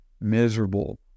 miserable